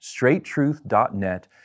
straighttruth.net